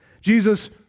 Jesus